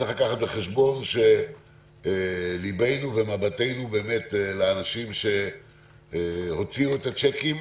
צריך לקחת בחשבון שליבנו ומבטנו באמת לאנשים שהוציאו את הצ'קים.